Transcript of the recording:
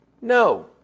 No